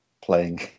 playing